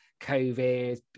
Covid